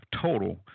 total